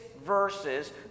verses